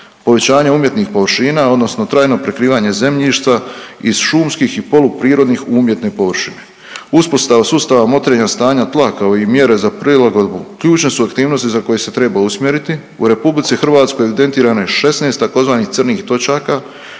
povećanja umjetnih površina odnosno trajno prekrivanje zemljišta iz šumskih i polu prirodnih u umjetne površine. Uspostava sustava motrenja stanja tla, kao i mjere za prilagodbu ključne su aktivnosti za koje se treba usmjeriti. U RH evidentirano je 16 tzv. crnih točaka,